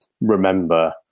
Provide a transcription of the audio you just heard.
Remember